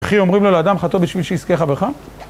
וכי אומרים לו לאדם חטוא בשביל שיזכה חברך?